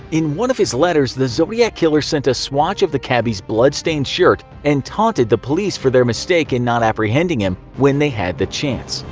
in one of his letters, the zodiac killer sent a swatch of the cabbie's bloodstained shirt and taunted the police for their mistake in not apprehending him when they had the chance.